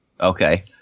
Okay